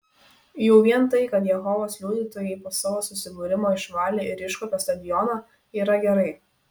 jau vien tai kad jehovos liudytojai po savo susibūrimo išvalė ir iškuopė stadioną yra gerai